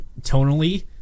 tonally